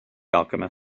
alchemist